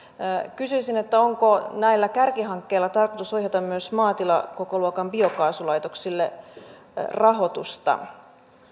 kysyisin onko näillä kärkihankkeilla tarkoitus ohjata myös maatilakokoluokan biokaasulaitoksille rahoitusta